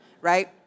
Right